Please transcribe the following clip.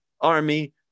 army